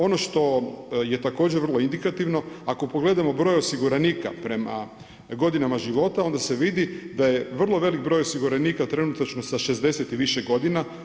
Ono što je također vrlo indikativno, ako pogledamo broj osiguranika prema godinama života, onda se vidi da je vrlo velik broj osiguranika trenutačno sa 60 i više godina.